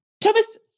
Thomas